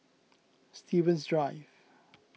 Stevens Drive